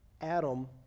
Adam